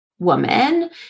woman